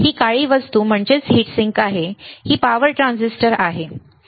ही काळी गोष्ट heat sink आहे ही पॉवर ट्रान्झिस्टर आहे ठीक आहे